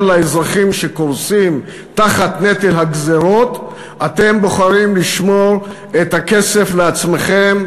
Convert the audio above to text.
לאזרחים שקורסים תחת נטל הגזירות אתם בוחרים לשמור את הכסף לעצמכם,